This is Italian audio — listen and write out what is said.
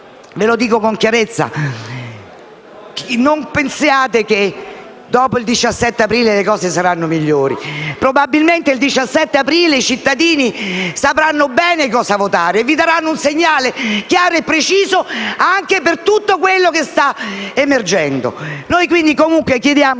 - lo dico con chiarezza - non pensiate che dopo il 17 aprile le cose saranno migliori. Probabilmente il 17 aprile i cittadini sapranno bene cosa votare e vi daranno un segnale chiaro e preciso, anche per tutto quello che sta emergendo. Chiediamo,